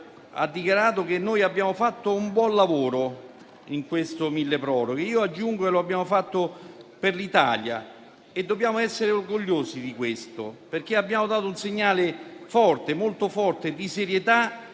ha dichiarato che abbiamo fatto un buon lavoro in questo decreto milleproroghe. Aggiungo che lo abbiamo fatto per l'Italia e dobbiamo essere orgogliosi di questo, perché abbiamo dato un segnale molto forte di serietà,